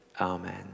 amen